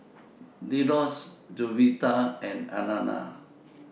Delos Jovita and Alana